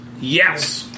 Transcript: Yes